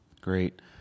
Great